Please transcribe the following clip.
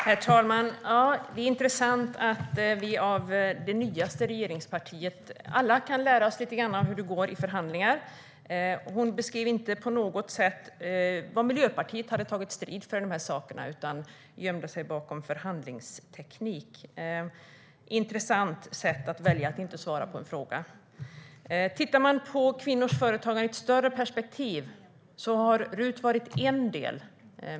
Herr talman! Det är intressant att vi av det nyaste regeringspartiet får lära oss lite om hur det går till vid förhandlingar. Annika Hirvonen Falk beskrev inte på något sätt vilka saker Miljöpartiet har tagit strid för utan gömde sig bakom förhandlingsteknik. Hon valde ett intressant sätt att inte besvara en fråga. Om vi tittar på kvinnors företagande i ett större perspektiv ser vi att RUT har varit en del.